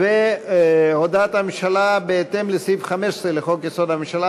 והודעת הממשלה בהתאם לסעיף 15 לחוק-יסוד: הממשלה